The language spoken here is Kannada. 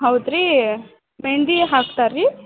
ಹೌದು ರೀ ಮೆಹಂದಿ ಹಾಕ್ತಾರೆ ರೀ